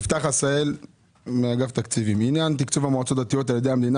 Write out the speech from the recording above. יפתח עשהאל מאגף תקציבים: עניןי תקצוב המועצות הדתיות על ידי המדינה